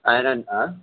finance a